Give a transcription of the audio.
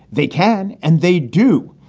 they can and they do.